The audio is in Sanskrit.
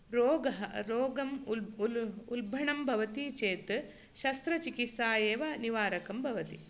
रोगः रोगम् उल् उल्ब उल्भणं भवति चेत् शस्त्रचिकित्सा एव निवारकं भवति